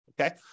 Okay